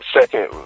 second